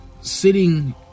sitting